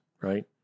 right